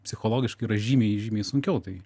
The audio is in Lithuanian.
psichologiškai yra žymiai žymiai sunkiau tai